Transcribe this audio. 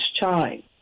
time